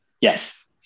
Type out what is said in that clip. Yes